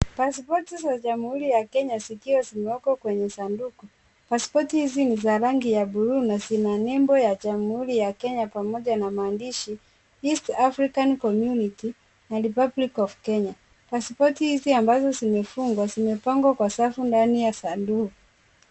Pasipoti za jamhuri ya Kenya zikiwa zimewekwa kwenye sanduku. Pasipoti hizi ni za rangi ya bluu na zina nembo ya jamhuri ya Kenya pamoja na maandishi, East African Community And Republic Of Kenya . Pasipoti hizi ambazo zimefungwa, zimepangwa kwa safu ndani ya sanduku.